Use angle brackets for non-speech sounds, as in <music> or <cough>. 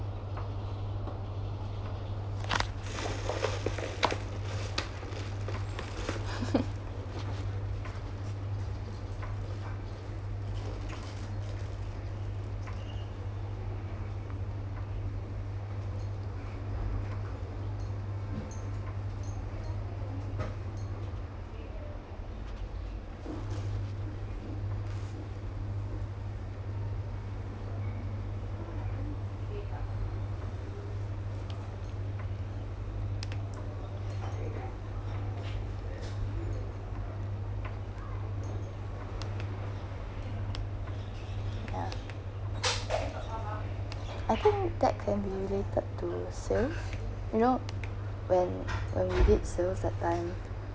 <laughs> ya I think that can be related to sales you know when when we did sales that time